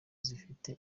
zifite